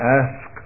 ask